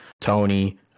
Tony